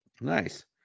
nice